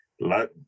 let